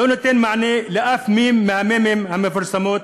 לא נותן מענה לאף מ"ם מחמשת המ"מים המפורסמים,